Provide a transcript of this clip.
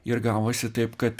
ir gavosi taip kat